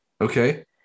Okay